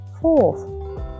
Fourth